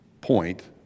point